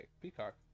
Peacock